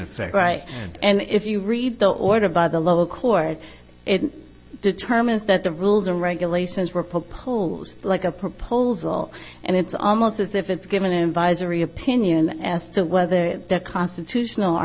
effect right and if you read the order by the lower court determines that the rules and regulations were proposed like a proposal and it's almost as if it's given to opinion as to whether that constitutional or